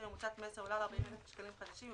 הממוצעת מעסק עולה על 40,000 שקלים חדשים,